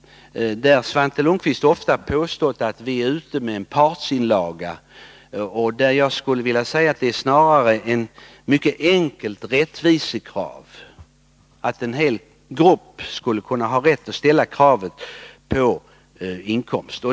Svante Lundkvist har ofta påstått att vi är ute med en partsinlaga, men jag skulle vilja säga att det snarare är fråga om ett viktigt enkelt rättvisekrav, nämligen att en hel grupp skulle ha rätt att ställa krav på sin inkomst.